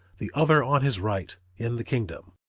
the other on his right, in the kingdom.